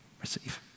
Receive